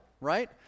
right